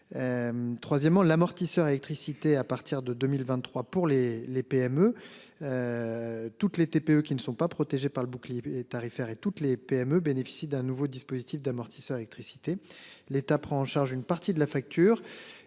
Troisièmement l'amortisseur électricité à partir de 2023 pour les les PME. Toutes les TPE qui ne sont pas protégés par le bouclier tarifaire et toutes les PME bénéficient d'un nouveau dispositif d'amortisseur électricité l'État prend en charge une partie de la facture